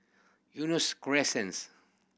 Eunos Crescents